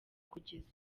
kugeza